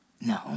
No